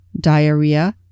diarrhea